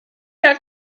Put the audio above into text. had